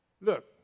Look